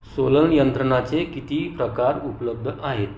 सोलणयंत्राचे किती प्रकार उपलब्ध आहेत